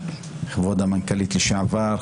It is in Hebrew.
כבוד המנכ"לית לשעבר,